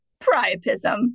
priapism